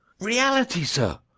reality, sir,